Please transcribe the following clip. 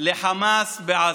לחמאס בעזה.